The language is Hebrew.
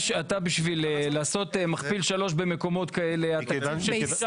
בשביל לעשות מכפיל 3 במקומות כאלה אתה צריך ---.